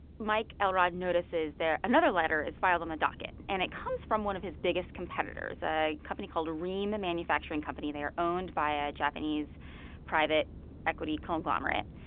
mike elrod notices there another letter is filed on the docket, and it comes from one of his biggest competitors, a company called rheem and manufacturing company. they are owned by a japanese private equity conglomerate.